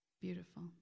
Beautiful